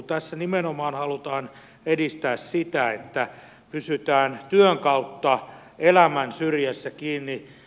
tässä nimenomaan halutaan edistää sitä että pysytään työn kautta elämän syrjässä kiinni